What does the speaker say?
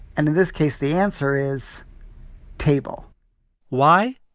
and in this case, the answer is table why?